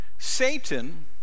satan